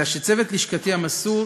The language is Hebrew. אלא שצוות לשכתי המסור